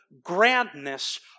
grandness